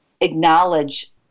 acknowledge